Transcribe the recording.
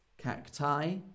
Cacti